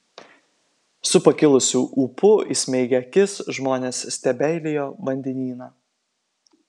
su pakilusiu ūpu įsmeigę akis žmonės stebeilijo vandenyną